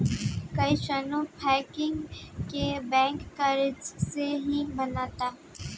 कइसानो पैकिंग के बैग कागजे से ही बनता